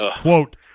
Quote